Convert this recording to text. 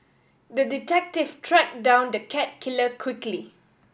the detective tracked down the cat killer quickly